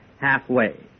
halfway